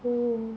oh